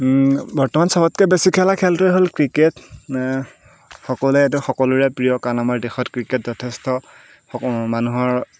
বৰ্তমান চবতকৈ বেছি খেলা খেলটোৱে হ'ল ক্ৰিকেট সকলোৱে এইটো সকলোৰে প্ৰিয় কাৰণ আমাৰ দেশত ক্ৰিকেট যথেষ্ট মানুহৰ